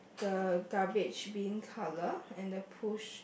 the garbage bin colour and the push